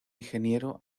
ingeniero